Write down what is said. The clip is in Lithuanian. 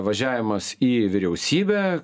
važiavimas į vyriausybę